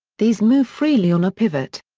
these move freely on a pivot.